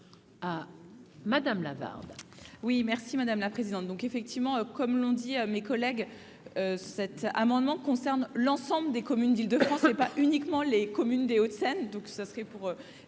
à madame Lavarde. Oui merci madame la présidente, donc effectivement, comme l'ont dit à mes collègues, cet amendement concerne l'ensemble des communes d'Île-de-France, et pas uniquement les communes des Hauts-de-Seine, donc ça serait pour